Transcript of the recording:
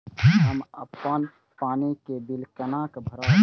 हम अपन पानी के बिल केना भरब?